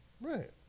Right